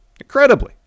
Incredibly